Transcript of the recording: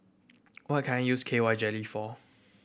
what can I use K Y Jelly for